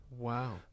Wow